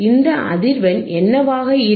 இந்த அதிர்வெண் என்னவாக இருக்கும்